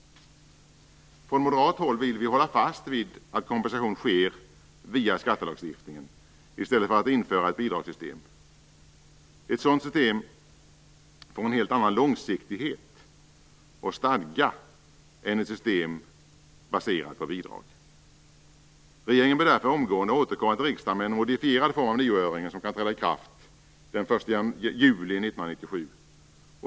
Från moderat håll vill vi hålla fast vid att kompensation skall ske via skattelagstiftningen i stället för att ett bidragssystem införs. Ett sådant system får en helt annan långsiktighet och stadga än ett system baserat på bidrag. Regeringen bör därför omgående återkomma till riksdagen med en modifierad form av nioöringen som kan träda i kraft den 1 juli 1997.